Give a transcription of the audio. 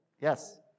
Yes